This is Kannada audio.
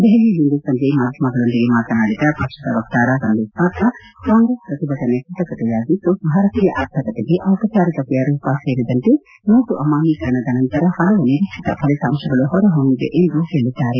ದೆಹಲಿಯಲ್ಲಿಂದು ಸಂಜೆ ಮಾಧ್ಯಮಗಳೊಂದಿಗೆ ಮಾತನಾಡಿದ ಪಕ್ಷದ ವಕ್ತಾರ ಸಂಬೀತ್ ಪಾತ್ರ ಕಾಂಗ್ರೆಸ್ ಪ್ರಟಿಭಟನೆ ಕ್ಕಶಕತೆಯಾಗಿದ್ದು ಭಾರತೀಯ ಆರ್ಥಿಕತೆಗೆ ಜಿಪಜಾರಿಕತೆಯ ರೂಪ ಸೇರಿದಂತೆ ನೋಟು ಅಮಾನ್ಲೀಕರಣದ ನಂತರ ಪಲವು ನಿರೀಕ್ಷಿತ ಫಲಿತಾಂಶಗಳು ಹೊರಹೊಮ್ಮಿವೆ ಎಂದು ಹೇಳಿದ್ದಾರೆ